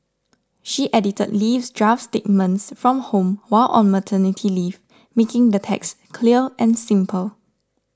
she edited Lee's draft statements from home while on maternity leave making the text clear and simple